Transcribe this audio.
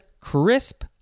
crisp